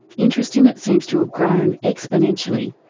interest in it seems to have grown exponentially.